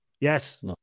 Yes